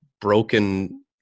broken